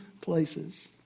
places